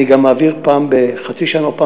אני גם מעביר פעם בחצי שנה או פעם